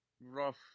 Rough